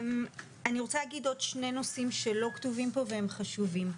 אני רוצה להגיד עוד שני נושאים שלא כתובים פה והם חשובים.